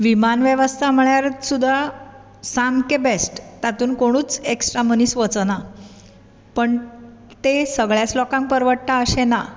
विमान वेवस्था म्हळ्यार सुद्दा सामके बॅस्ट तातूंत कोणूच एक्सट्रा मनीस वचना पूण ते सगळ्याच लोकांक परवडटा अशें ना